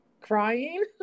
crying